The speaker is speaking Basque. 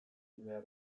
behar